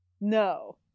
No